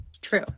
True